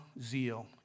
zeal